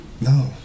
No